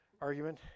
argument